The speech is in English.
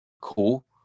cool